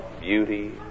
beauty